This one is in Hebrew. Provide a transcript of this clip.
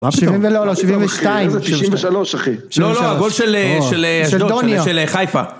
מה פתאום? שבעים ולא, לא, שבעים ושתיים. שבעים ושלוש, אחי. לא, לא, הגול של... של דוניה. של חיפה.